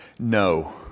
No